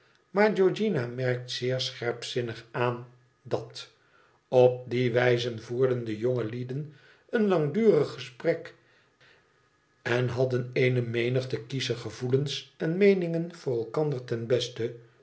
maar georgiana merkt zeer scherpzinnig aan dat op die wijze voerden de jongelieden een langdurig gesprek en hadden eene menigte kiesche gevoelens en meeningen voor elkander ten beste